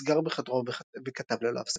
נסגר בחדרו וכתב ללא הפסקה.